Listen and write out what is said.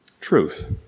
Truth